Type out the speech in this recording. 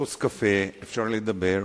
כוס קפה, אפשר לדבר,